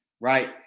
right